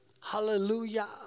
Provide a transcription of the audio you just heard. hallelujah